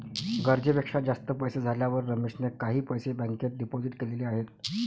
गरजेपेक्षा जास्त पैसे झाल्यावर रमेशने काही पैसे बँकेत डिपोजित केलेले आहेत